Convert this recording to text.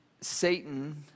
Satan